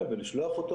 כן, ולשלוח אותו